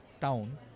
Town